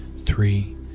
three